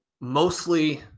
mostly